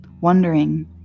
wondering